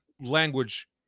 language